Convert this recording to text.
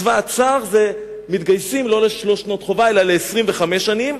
לצבא הצאר מתגייסים לא לשלוש שנות חובה אלא ל-25 שנים,